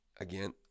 Again